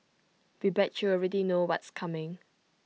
we bet you already know what's coming